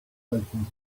waiting